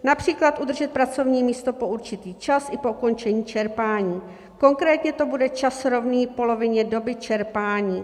Například udržet pracovní místo po určitý čas i po ukončení čerpání, konkrétně to bude čas rovný polovině doby čerpání.